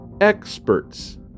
experts